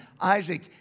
Isaac